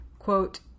Quote